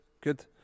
good